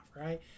right